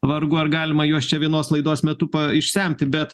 vargu ar galima juos čia vienos laidos metu išsemti bet